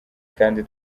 kandi